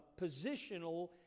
positional